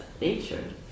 nature